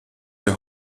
der